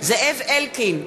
זאב אלקין,